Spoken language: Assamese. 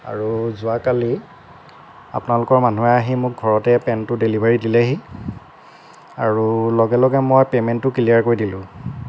আৰু যোৱাকালি আপোনালোকৰ মানুহে আহি মোক ঘৰতে পেণ্টটো ডেলিভাৰী দিলেহি আৰু লগে লগে মই পে'মেণ্টটো ক্লিয়াৰ কৰি দিলোঁ